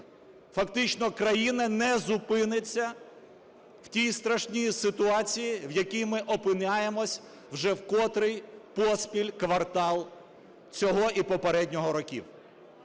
фактично країна не зупиниться в тій страшній ситуації, в якій ми опиняємось вже в котрий поспіль квартал цього і попереднього років.